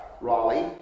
Raleigh